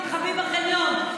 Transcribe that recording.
תתחבאי בחניון,